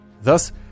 Thus